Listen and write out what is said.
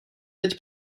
teď